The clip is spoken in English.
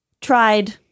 tried